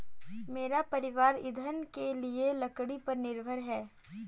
मेरा परिवार ईंधन के लिए लकड़ी पर निर्भर है